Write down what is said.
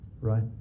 right